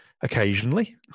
occasionally